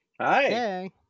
hi